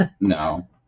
No